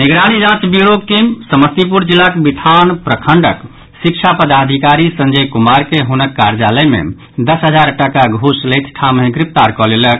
निगरानी जांच ब्योरक टीम समस्तीपुर जिलाक बिथान प्रखंडक शिक्षा पदाधिकारी संजय कुमार के हुनक कार्यालय मे दस हजार टाका घूस लैत ठामहि गिरफ्तार कऽ लेलक